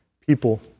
people